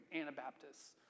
Anabaptists